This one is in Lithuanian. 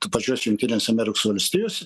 pačiose jungtinėse amerikos valstijose